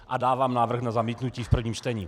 A dávám návrh na zamítnutí v prvním čtení.